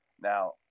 Now